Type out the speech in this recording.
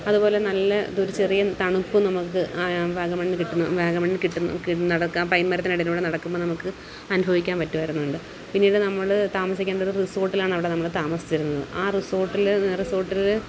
അതുപോലെ നല്ല ഒരു ചെറിയ തണുപ്പും നമുക്ക് ആ വാഗമണിൽ നിന്ന് കിട്ടുന്നു വാഗമണിൽ നിന്ന് കിട്ടുന്നു നടക്കാൻ പൈൻ മരത്തിനിടയിലൂടെ നടക്കുമ്പോൾ നമുക്ക് അനുഭവിക്കാൻ പറ്റുവായിരുന്നുണ്ട് പിന്നീട് നമ്മൾ താമസിക്കേണ്ടത് റിസോർട്ടിലാണ് അവിടെ നമ്മൾ താമസിച്ചിരുന്നത് ആ റിസോർട്ടിൽ റിസോർട്ടിൽ